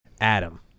Adam